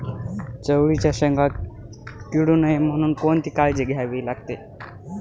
चवळीच्या शेंगा किडू नये म्हणून कोणती काळजी घ्यावी लागते?